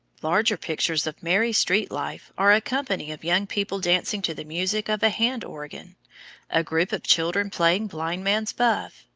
larger pictures of merry street life are a company of young people dancing to the music of a hand-organ, a group of children playing blind-man's buff,